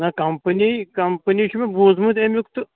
نَہ company company چھِ مےٚ بوٗزمُت امیُٛک تہٕ